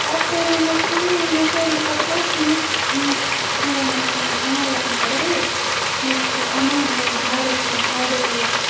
پَتہٕ کَرے مےٚ کٲم مےٚ کَرے پَتہٕ ہُمِس ہُمِس تھرٛوٗ مےٚ تِم آن لاین کَرے یُس سُہ اَنان اوس گَرٕ تِم آڈٲرٕس